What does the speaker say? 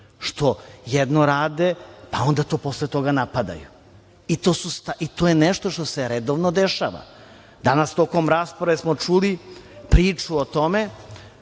što jedno rade, pa to posle toga napadaju i to je nešto što se redovno dešava. Danas tokom rasprave smo čuli priču o tome